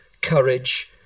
Courage